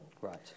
Right